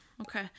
Okay